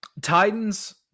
titans